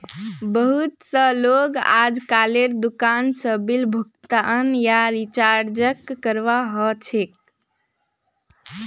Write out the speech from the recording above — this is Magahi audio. बहुत स लोग अजकालेर दुकान स बिल भुगतान या रीचार्जक करवा ह छेक